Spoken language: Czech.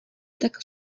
tak